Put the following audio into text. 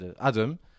Adam